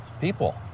people